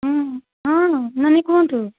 ହଁ ହଁ ନାନୀ କୁହନ୍ତୁ